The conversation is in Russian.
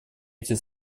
эти